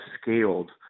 scaled